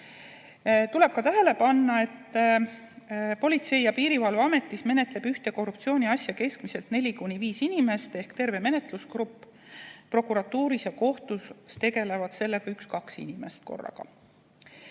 Tuleb ka tähele panna, et Politsei- ja Piirivalveametis menetleb ühte korruptsiooniasja keskmiselt neli-viis inimest ehk terve menetlusgrupp. Prokuratuuris ja kohtus tegelevad sellega üks-kaks inimest korraga.